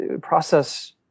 process